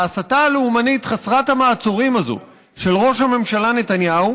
ההסתה הלאומנית חסרת המעצורים הזאת של ראש הממשלה נתניהו,